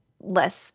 less